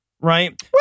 Right